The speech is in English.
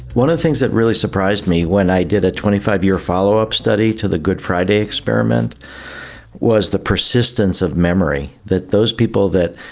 one of the things that really surprised me when i did a twenty five year follow-up study to the good friday experiment was the persistence of memory, that those people that,